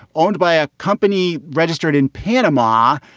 owned by a company registered in panama,